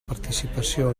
participació